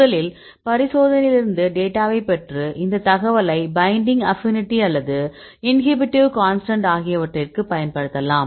முதலில் பரிசோதனையிலிருந்து டேட்டாவை பெற்று இந்த தகவலை பைண்டிங் ஆப்பினிடி அல்லது இன்ஹிபிட்டிவ் கான்ஸ்டன்ட் ஆகியவற்றிற்கு பயன்படுத்தலாம்